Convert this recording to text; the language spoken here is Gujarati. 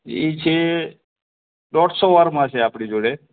એ છે દોઢસો વારમાં છે આપણી જોડે